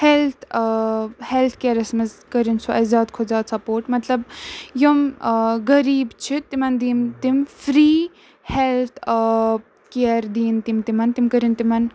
health ہٮ۪لٕتھ کِیرَس منٛز کٔرِن سُہ اَسہِ زیادٕ کھۄتہٕ زیادٕ سپوٹ مطلب یِم غریٖب چھِ تِمَن دِیِنۍ تِم فِرٛی ہٮ۪لٕتھ کِیَر دِیِنۍ تِم تِمَن تِم کٔرِن تِمَن